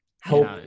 help